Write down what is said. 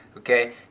Okay